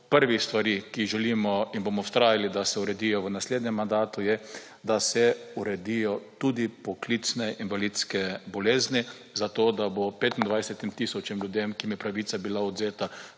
prvih stvari, ki jih želimo in bomo vztrajali, da se uredijo v naslednjem mandatu je, da se uredijo tudi poklicne invalidske bolezni zato, da bo 25 tisoč ljudem, ki jim je pravica bila odvzeta